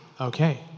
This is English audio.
Okay